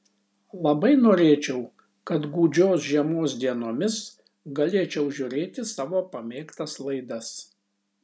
labai norėčiau kad gūdžios žiemos dienomis galėčiau žiūrėti savo pamėgtas laidas